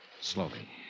slowly